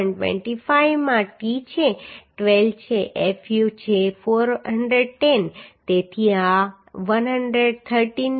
25 માં t છે 12 છે fu છે 410 તેથી આ 113